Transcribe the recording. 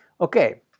Okay